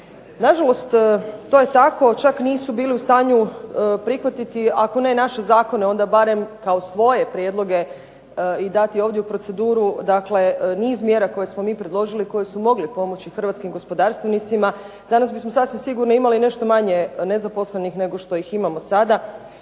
Na žalost to je tako, čak nisu bili u stanju prihvatiti, ako ne naše zakone, onda barem kao svoje prijedloge i dati ovdje u proceduru dakle niz mjera koje smo mi predložili, koji su mogli pomoći hrvatskim gospodarstvenicima, danas bismo sasvim sigurno imali nešto manje nezaposlenih nego što ih imamo sada.